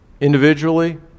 Individually